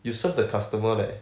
you serve the customer leh